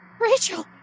Rachel